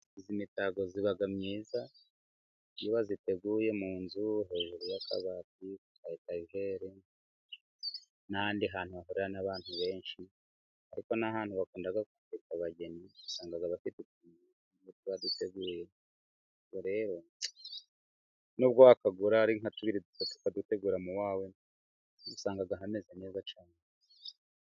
Izi mitako ziba myiza. Iyo bayiteguye mu nzu hejuru y'akabati ,etajeri n'ahandi hantu hahura n'abandi benshi. Ariko n'ahantu bakunda ku.... abageni usanga bayifite utuntu nk'utu baduteguye. Ubwo rero nubwo watugura ari nka tubiri gusa ukagutegura iwawe usanga hameze neza cyane.